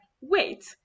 wait